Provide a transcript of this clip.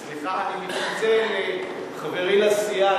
סליחה, אני מתנצל, חברי לסיעה.